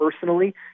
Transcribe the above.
personally